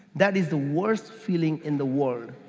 that is the worst feeling in the world,